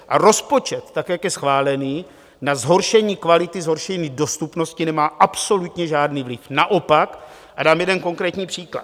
A rozpočet, tak jak je schválen, na zhoršení kvality, na zhoršení dostupnosti nemá absolutně žádný vliv, naopak, a dám jeden konkrétní příklad.